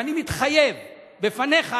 ואני מתחייב בפניך,